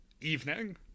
evening